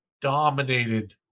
dominated